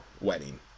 wedding